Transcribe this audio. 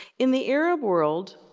in the arab world,